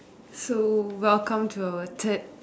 so welcome to our third